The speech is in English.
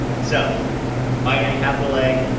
so binary capital a,